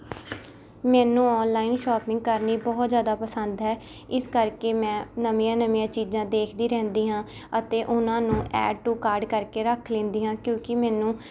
ਮੈਨੂੰ online shopping ਕਰਨੀ ਬਹੁਤ ਜ਼ਿਆਦਾ ਪਸੰਦ ਹੈ ਇਸ ਕਰਕੇ ਮੈਂ ਨਵੀਆਂ ਨਵੀਆਂ ਚੀਜ਼ਾਂ ਦੇਖਦੀ ਰਹਿੰਦੀ ਹਾਂ ਅਤੇ ਉਨ੍ਹਾਂ ਨੂੰ ਐਡ ਟੂ ਕਾਰਟ ਕਰਕੇ ਰੱਖ ਲੈਂਦੀ ਹਾਂ ਕਿਉਂਕਿ ਮੈਨੂੰ